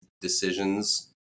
decisions